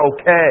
okay